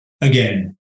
again